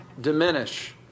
diminish